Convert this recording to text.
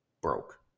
broke